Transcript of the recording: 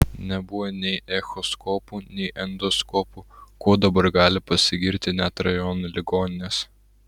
nebuvo nei echoskopų nei endoskopų kuo dabar gali pasigirti net rajonų ligoninės